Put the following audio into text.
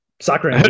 Soccer